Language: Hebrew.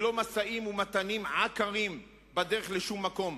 ולא משאים-ומתנים עקרים בדרך לשום מקום,